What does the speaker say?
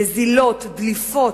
נזילות, דליפות,